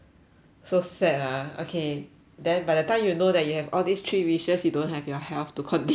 so sad ah okay then by the time you know that you have all these three wishes you don't have your health to continue